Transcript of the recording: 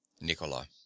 Nicola